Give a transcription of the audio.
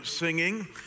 singing